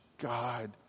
God